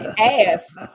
ass